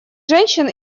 женщин